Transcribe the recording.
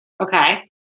Okay